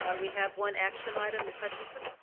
we have one action item. miss hutchinson.